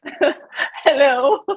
hello